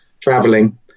traveling